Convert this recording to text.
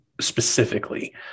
specifically